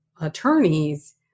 attorneys